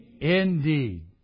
indeed